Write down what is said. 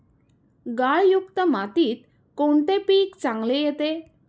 गाळयुक्त मातीत कोणते पीक चांगले येते?